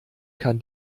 kann